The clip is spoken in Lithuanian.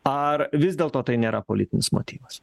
ar vis dėlto tai nėra politinis motyvas